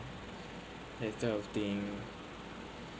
that type of thing